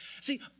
See